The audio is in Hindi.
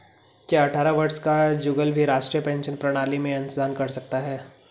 क्या अट्ठारह वर्ष का जुगल भी राष्ट्रीय पेंशन प्रणाली में अंशदान कर सकता है?